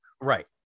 Right